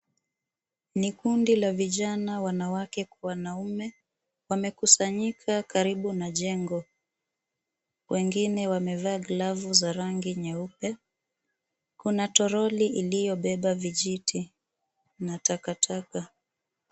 Ni kundi la vijana, wanawake kwa wanaume. Wamekusanyika karibu na jengo, wengine wamevaa glavu za rangi nyeupe. Kuna toroli iliyobeba vijiti na takataka.